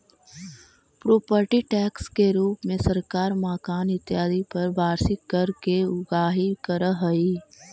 property tax के रूप में सरकार मकान इत्यादि पर वार्षिक कर के उगाही करऽ हई